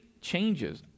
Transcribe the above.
changes